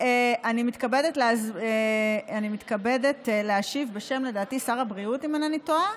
אני מתכבדת להשיב בשם שר הבריאות, אם אינני טועה.